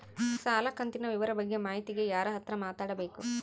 ಸಾಲ ಕಂತಿನ ವಿವರ ಬಗ್ಗೆ ಮಾಹಿತಿಗೆ ಯಾರ ಹತ್ರ ಮಾತಾಡಬೇಕು?